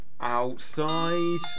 Outside